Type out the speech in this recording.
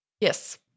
Yes